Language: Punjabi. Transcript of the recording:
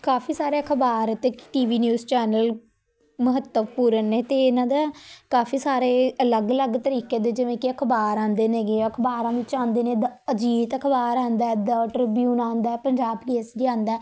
ਕਾਫੀ ਸਾਰੇ ਅਖ਼ਬਾਰ ਅਤੇ ਟੀ ਵੀ ਨਿਊਜ਼ ਚੈਨਲ ਮਹੱਤਵਪੂਰਨ ਨੇ ਅਤੇ ਇਹਨਾਂ ਦਾ ਕਾਫੀ ਸਾਰੇ ਅਲੱਗ ਅਲੱਗ ਤਰੀਕੇ ਦੇ ਜਿਵੇਂ ਕਿ ਅਖ਼ਬਾਰ ਆਉਂਦੇ ਨੇਗੇ ਅਖ਼ਬਾਰਾਂ ਵਿੱਚ ਆਉਂਦੇ ਨੇ ਦ ਅਜੀਤ ਅਖ਼ਬਾਰ ਆਉਂਦਾ ਦਾ ਟ੍ਰਿਬਿਊਨ ਆਉਂਦਾ ਪੰਜਾਬ ਕੇਸਰੀ ਆਉਂਦਾ